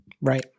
Right